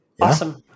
awesome